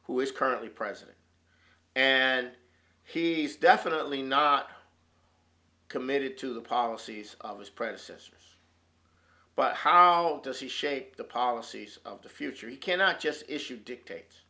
who is currently president and he's definitely not committed to the policies of his predecessors but how does he shape the policies of the future he cannot just issue dictate